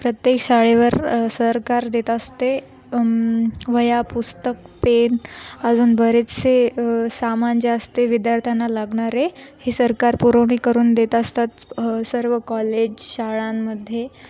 प्रत्येक शाळेवर सरकार देत असते वह्या पुस्तक पेन अजून बरेचसे सामान जे असते विद्यार्थ्यांना लागणारे हे सरकार पुरवणी करून देत असतात सर्व कॉलेज शाळांमध्ये